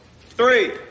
three